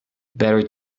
better